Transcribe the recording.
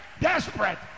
desperate